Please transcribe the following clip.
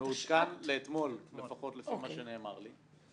מעודכן לאתמול, לפחות לפי מה שנאמר לי.